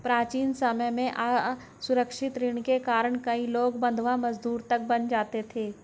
प्राचीन समय में असुरक्षित ऋण के कारण कई लोग बंधवा मजदूर तक बन जाते थे